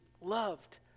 loved